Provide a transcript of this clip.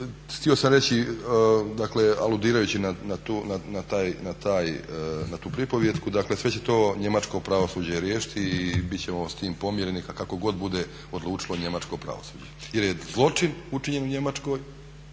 htio sam reći dakle aludirajući na tu pripovijetku dakle sve će to njemačko pravosuđe riješiti i bit ćemo s tim pomireni kako god bude odlučilo njemačko pravosuđe jer je zločin učinjen u Njemačkoj,